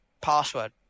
password